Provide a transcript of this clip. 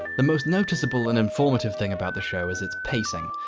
the most noticeable and informative thing about the show is it's pacing.